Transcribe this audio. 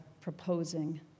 proposing